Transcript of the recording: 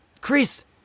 Chris